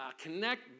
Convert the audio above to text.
connect